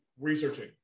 researching